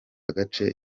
agace